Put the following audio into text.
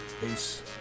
Peace